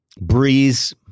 Breeze